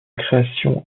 création